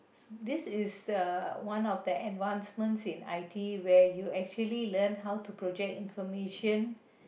this is the one of the advancements in I_T where you actually learn how to project information